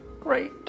great